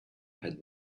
had